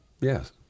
Yes